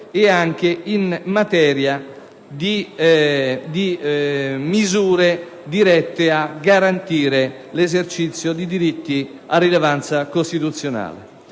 nonché in materia di misure dirette a garantire l'esercizio di diritti a rilevanza costituzionale.